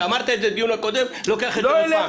אמרת את זה בדיון הקודם, לוקח את זה לכאן.